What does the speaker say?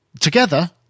together